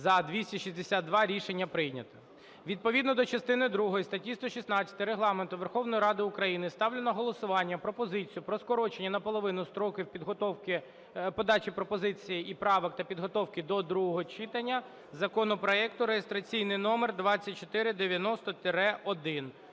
За-262 Рішення прийнято. Відповідно до частини другої статті 116 Регламенту Верховної Ради України ставлю на голосування пропозицію про скорочення наполовину строків подачі пропозицій і правок та підготовки до другого читання законопроекту (реєстраційний номер 2490-1).